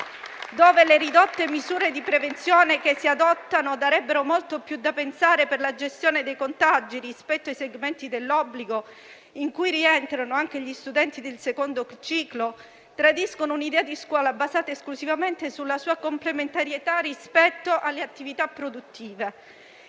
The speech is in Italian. dove le ridotte misure di prevenzione che si adottano darebbero molto più da pensare per la gestione dei contagi rispetto ai segmenti dell'obbligo in cui rientrano anche gli studenti del secondo ciclo, tradiscono un'idea di scuola basata esclusivamente sulla sua complementarietà rispetto alle attività produttive.